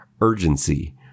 urgency